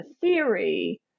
theory